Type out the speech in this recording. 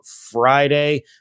Friday